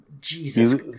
jesus